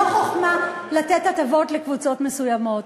זאת לא חוכמה לתת הטבות לקבוצות מסוימות.